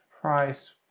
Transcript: price